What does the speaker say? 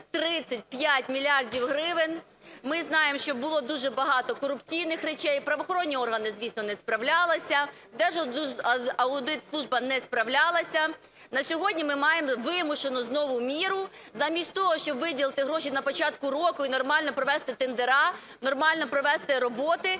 35 мільярдів гривень. Ми знаємо, що було дуже багато корупційних речей. Правоохоронні органи, звісно, не справлялися, Держаудитслужба не справлялася. На сьогодні ми маємо вимушену знову міру. Замість того, щоб виділити гроші на початку року і нормально провести тендери, нормально провести роботи,